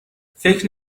فکر